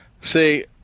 See